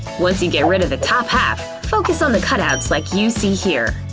once you get rid of the top half, focus on the cut-outs like you see here.